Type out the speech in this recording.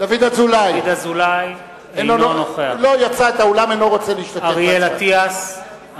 אינו נוכח אריאל אטיאס,